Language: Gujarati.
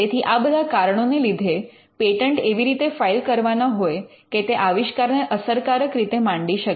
તેથી આ બધા કારણોને લીધે પેટન્ટ એવી રીતે ફાઇલ કરવાના હોય કે તે આવિષ્કાર ને અસરકારક રીતે માંડી શકે